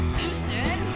Houston